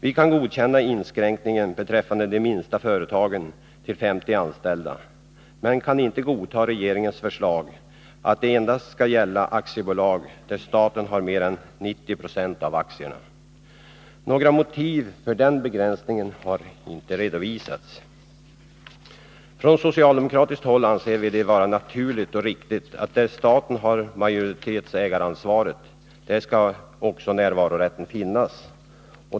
Vi kan godkänna inskränkningen beträffande de minsta företagen till 50 anställda, men vi kan inte godta regeringens förslag att närvarorätten endast skall gälla aktiebolag där staten har mer än 90 96 av aktierna. Några motiv för den begränsningen har inte redovisats. På socialdemokratiskt håll anser vi det vara naturligt och riktigt att där staten har majoritetsdelägaransvaret, där skall också närvarorätten finnas.